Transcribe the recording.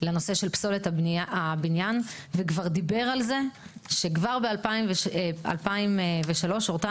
לנושא של פסולת הבנייה וכבר דיבר על זה שכבר ב-2003 הורתה